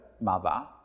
mother